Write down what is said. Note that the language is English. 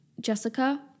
Jessica